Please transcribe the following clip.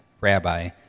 Rabbi